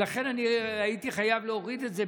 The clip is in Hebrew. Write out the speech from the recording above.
ולכן אני הייתי חייב להוריד את זה,